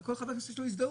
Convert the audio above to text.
הרי לכל חבר כנסת יש הזדהות,